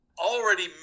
already